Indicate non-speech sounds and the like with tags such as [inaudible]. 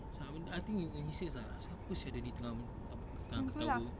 so I [noise] I think in his head lah pasal apa seh dia ni tengah apa tengah ketawa